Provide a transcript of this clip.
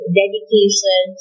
dedication